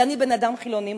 ואני בן-אדם חילוני,